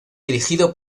dirigido